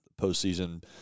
postseason